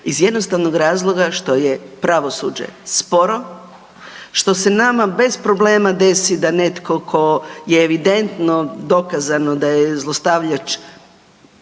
iz jednostavnog razloga što je pravosuđe sporo, što se nama bez problema desi da netko tko je evidentno, dokazano da je zlostavljač